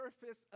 surface